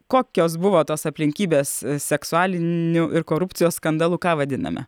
kokios buvo tos aplinkybės seksualiniu ir korupcijos skandalu ką vadiname